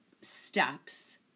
steps